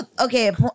okay